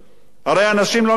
הרי אנשים לא מסוגלים.